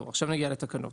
עכשיו אני מגיע לתקנות.